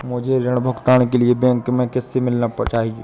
मुझे ऋण भुगतान के लिए बैंक में किससे मिलना चाहिए?